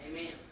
Amen